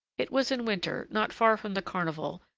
it was in winter, not far from the carnival,